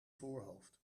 voorhoofd